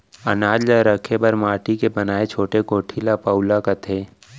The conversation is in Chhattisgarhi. अनाज ल रखे बर माटी के बनाए छोटे कोठी ल पउला कथें